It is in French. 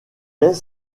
est